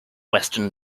western